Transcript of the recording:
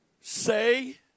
Say